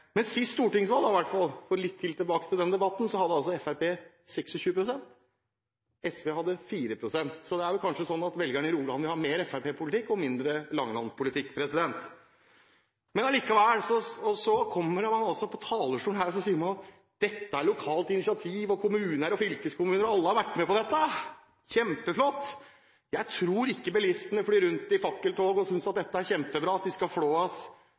stortingsvalg – for å gå litt tilbake til den debatten – hadde Fremskrittspartiet 26 pst., og SV hadde 4 pst. Så det er kanskje slik at velgerne i Rogaland vil ha mer FrP-politikk og mindre Langeland-politikk. Så kommer man altså på talerstolen her og sier at dette er lokalt initiativ, at kommuner og fylkeskommuner – og alle – har vært med dette. Kjempeflott! Jeg tror ikke bilistene flyr rundt i fakkeltog og synes det er kjempebra at de skal